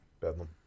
Bedlam